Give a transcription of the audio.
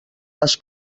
les